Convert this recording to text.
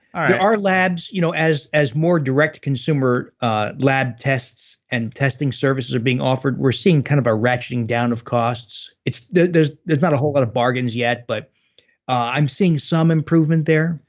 there are labs, you know as as more direct-consumer lab tests and testing services are being offered, we're seeing kind of a ratcheting down of costs. there's there's not a whole lot of bargains yet, but i'm seeing some improvement there.